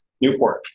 Newport